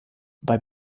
bei